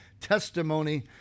testimony